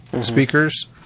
speakers